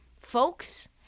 folks